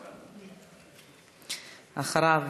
אחריו,